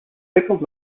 pickled